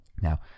Now